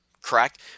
Correct